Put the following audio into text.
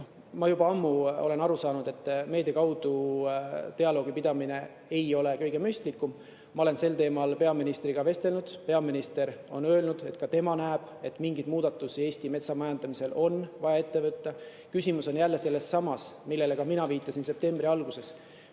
juba ammu aru saanud, et meedia kaudu dialoogi pidamine ei ole kõige mõistlikum. Ma olen sel teemal peaministriga vestelnud. Peaminister on öelnud, et ka tema näeb, et mingeid muudatusi Eesti metsamajandamises on vaja ette võtta. Küsimus on jälle sellessamas, millele ka mina viitasin septembri alguses: